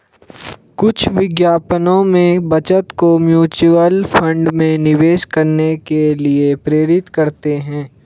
कुछ विज्ञापनों में बचत को म्यूचुअल फंड में निवेश करने के लिए प्रेरित करते हैं